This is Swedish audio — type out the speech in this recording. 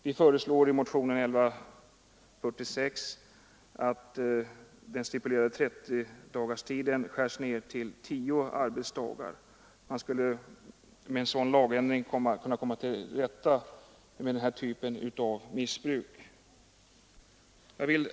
Vi föreslår i motionen 1146 att de stipulerade 30 dagarna skärs ned till tio arbetsdagar. Man skulle genom en sådan lagändring kunna komma till rätta med den här typen av missbruk. Herr talman!